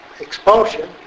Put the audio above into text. expulsion